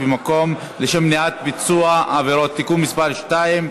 במקום לשם מניעת ביצוע עבירות (תיקון מס' 2),